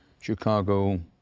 chicago